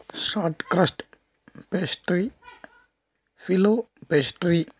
short crust pastry filo pastry